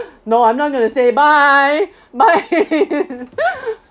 no I'm not going to say bye bye